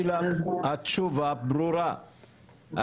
התשובה ברורה,